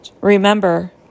remember